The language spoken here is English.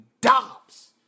Dobbs